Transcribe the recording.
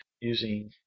using